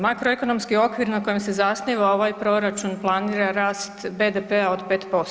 Makroekonomski okvir na kojem se zasniva ovaj proračun planira rast BDP-a od 5%